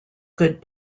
good